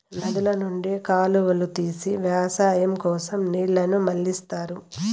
నదుల నుండి కాలువలు తీసి వ్యవసాయం కోసం నీళ్ళను మళ్ళిస్తారు